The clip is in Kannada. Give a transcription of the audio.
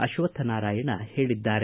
ಅಶ್ವತ್ಥನಾರಾಯಣ ಹೇಳದ್ದಾರೆ